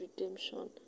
redemption